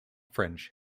french